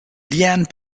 leanne